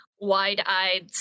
wide-eyed